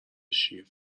شیر